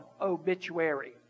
obituary